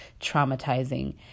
traumatizing